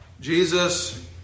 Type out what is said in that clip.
Jesus